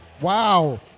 Wow